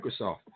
Microsoft